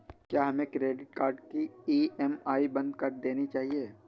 क्या हमें credit card की ई.एम.आई बंद कर देनी चाहिए?